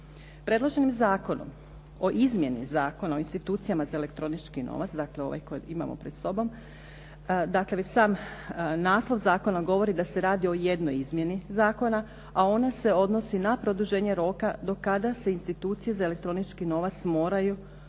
Predloženim zakonom o izmjeni Zakona o institucijama za elektronički novac, dakle ovaj kojeg imamo pred sobom, dakle već sam naslov zakona govori da se radi o jednoj izmjeni zakona, a ona se odnosi na produženje roka do kada se institucije za elektronički novac moraju uskladiti,